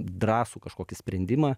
drąsų kažkokį sprendimą